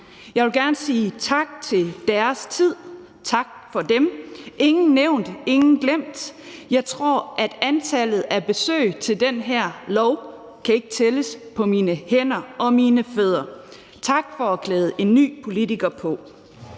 Jeg vil gerne sige tak for deres tid og tak til dem – ingen nævnt, ingen glemt. Jeg tror ikke, at antallet af besøg i forbindelse med det her lovforslag kan tælles på mine hænder og mine fødder. Tak for at klæde en ny politiker på.